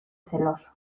celoso